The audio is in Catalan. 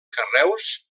carreus